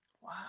wow